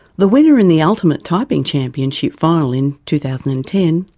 the winner in the ultimate typing championship final in two thousand and ten,